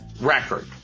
record